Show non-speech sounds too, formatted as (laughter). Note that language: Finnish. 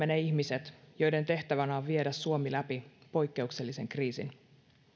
(unintelligible) ne ihmiset joiden tehtävänä on viedä suomi läpi poikkeuksellisen kriisin